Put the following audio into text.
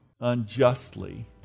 unjustly